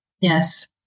Yes